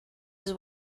his